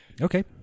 Okay